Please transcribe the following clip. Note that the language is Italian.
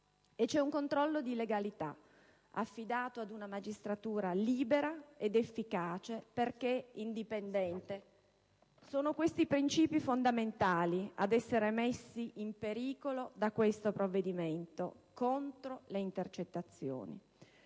e c'è un controllo di legalità affidato ad una magistratura libera ed efficace perché indipendente. Sono questi principi fondamentali ad essere messi in pericolo dal provvedimento contro le intercettazioni.